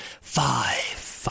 Five